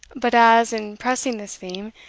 but as, in pressing this theme,